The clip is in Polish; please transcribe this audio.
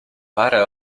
parę